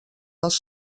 dels